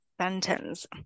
sentence